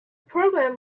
programme